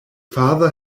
father